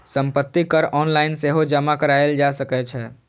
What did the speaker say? संपत्ति कर ऑनलाइन सेहो जमा कराएल जा सकै छै